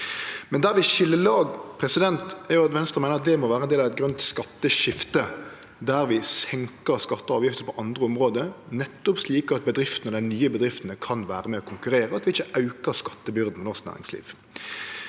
Der vi skil lag, er når Venstre meiner det må vere ein del av eit grønt skatteskifte, der vi senkar skattar og avgifter på andre område, nettopp slik at bedriftene og dei nye bedriftene kan vere med og konkurrere, og at vi ikkje aukar skattebyrda for norsk næringsliv.